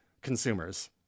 consumers